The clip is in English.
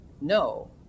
no